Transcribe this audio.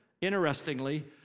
Interestingly